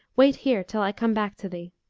wait here till i come back to thee